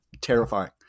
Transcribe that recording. terrifying